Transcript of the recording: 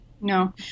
No